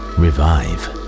revive